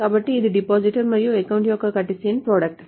కాబట్టి ఇది డిపాజిటర్ మరియు అకౌంట్ యొక్క కార్టీసియన్ ప్రొడక్ట్